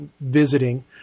visiting